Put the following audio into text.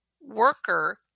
worker